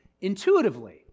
intuitively